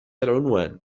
العنوان